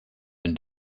been